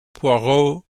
poirot